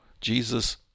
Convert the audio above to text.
Jesus